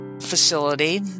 facility